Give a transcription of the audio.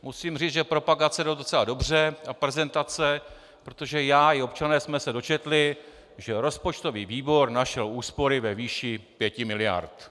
Musím říci, že propagace jde docela dobře, a prezentace, protože já i občané jsme se dočetli, že rozpočtový výbor našel úspory ve výši 5 mld. Kč.